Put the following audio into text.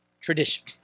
Tradition